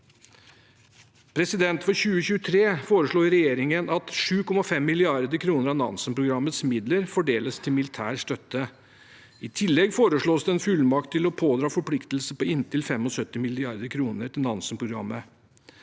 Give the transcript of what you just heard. Ukraina-krigen. For 2023 foreslår regjeringen at 7,5 mrd. kr av Nansen-programmets midler fordeles til militær støtte. I tillegg foreslås det en fullmakt til å pådra forpliktelser på inntil 75 mrd. kr til Nansen-programmet.